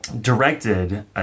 directed